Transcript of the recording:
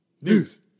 News